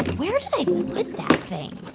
where did i put that thing?